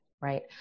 right